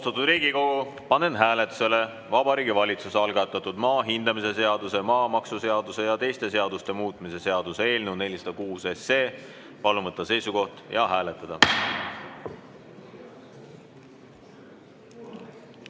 Riigikogu, panen hääletusele Vabariigi Valitsuse algatatud maa hindamise seaduse, maamaksuseaduse ja teiste seaduste muutmise seaduse eelnõu 406. Palun võtta seisukoht ja hääletada!